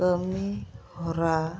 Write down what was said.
ᱠᱟᱹᱢᱤᱦᱚᱨᱟ